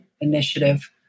initiative